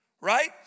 right